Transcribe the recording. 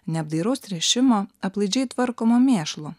neapdairaus tręšimo aplaidžiai tvarkomo mėšlo